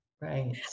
right